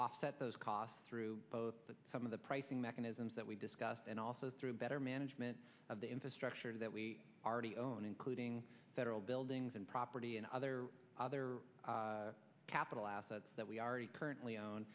offset those costs through some of the pricing mechanisms that we discussed and also through better management of the infrastructure that we already own including federal buildings and property and other other capital assets that we already currently own